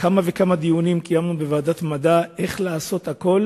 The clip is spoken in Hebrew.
קיימנו כמה וכמה דיונים בוועדת המדע איך לעשות הכול